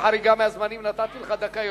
רק חרדים.